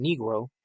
Negro